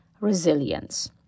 resilience